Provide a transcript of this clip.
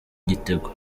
igitego